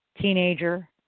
teenager